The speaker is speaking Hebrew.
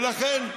ולכן,